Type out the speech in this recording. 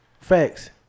Facts